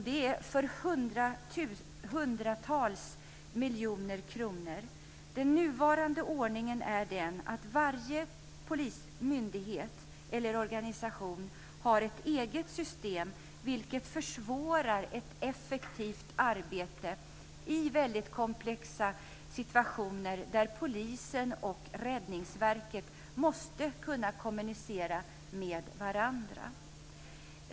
Det rör sig om hundratals miljoner kronor. Den nuvarande ordningen är att varje myndighet eller organisation har ett eget system vilket försvårar ett effektivt arbete i väldigt komplexa situationer där polisen och Räddningsverket måste kunna kommunicera med varandra.